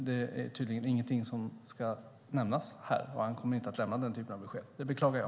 Det är tydligen ingenting som ska nämnas här, och han kommer inte att lämna denna typ av besked. Det beklagar jag.